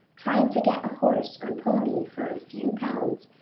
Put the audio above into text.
trying to get a horse or pony for a few pounds,